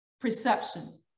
perception